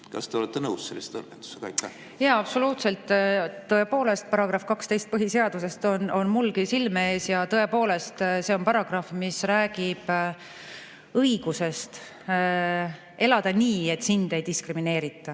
Kas te olete nõus sellise tõlgendusega? Jaa, absoluutselt! Tõepoolest, § 12 põhiseadusest on mul ka silme ees ja tõepoolest see on paragrahv, mis räägib õigusest elada nii, et sind ei diskrimineerita